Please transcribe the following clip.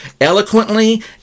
eloquently